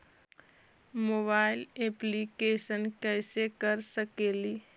Mobile application कैसे कर सकेली?